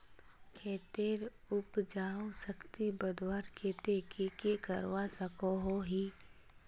खेतेर उपजाऊ शक्ति बढ़वार केते की की करवा सकोहो ही?